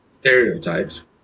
stereotypes